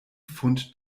pfund